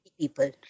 people